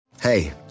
Hey